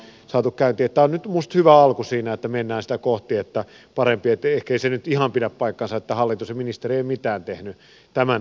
tämä on nyt minusta hyvä alku siinä että mennään sitä kohti niin että ehkei se nyt ihan pidä paikkaansa että hallitus ja ministeri eivät ole mitään tehneet tämän osalta